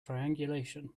triangulation